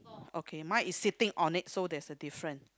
okay mine is sitting on it so that's the difference